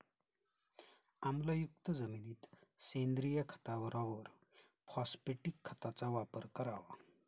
आम्लयुक्त जमिनीत सेंद्रिय खताबरोबर फॉस्फॅटिक खताचा वापर करावा